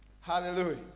Hallelujah